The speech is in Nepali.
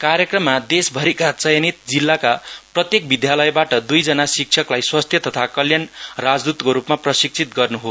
कार्यक्रममा देशभरिका चयनित जिल्लाका प्रत्येक विद्यालयबाट द्इजना शिक्षकलाई स्वास्थ्य तथा कल्याण राजद्वतको रूपमा प्रशिक्षित गर्न् हो